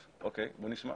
אוקי, בוא נשמע.